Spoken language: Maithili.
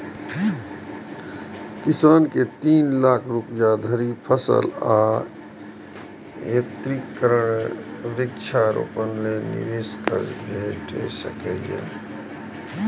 किसान कें तीन लाख रुपया धरि फसल आ यंत्रीकरण, वृक्षारोपण लेल निवेश कर्ज भेट सकैए